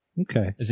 Okay